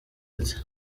ati